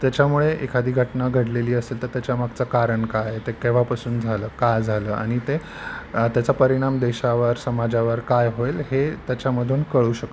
त्याच्यामुळे एखादी घटना घडलेली असेल तर त्याच्यामागचं कारण काय ते केव्हापासून झालं काय झालं आणि ते त्याचा परिणाम देशावर समाजावर काय होईल हे त्याच्यामधून कळू शकतं